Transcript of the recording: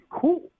cool